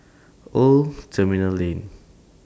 Old Terminal Lane